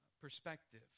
perspective